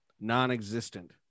non-existent